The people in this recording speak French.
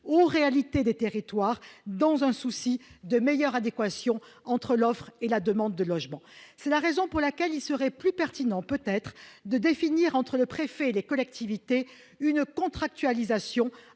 aux réalités des territoires, dans un souci de meilleure adéquation entre l'offre et la demande de logement, c'est la raison pour laquelle il serait plus pertinent peut-être de définir entre le préfet et les collectivités une contractualisation